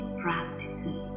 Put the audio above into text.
practical